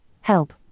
help